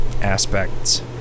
aspects